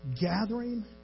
gathering